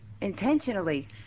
intentionally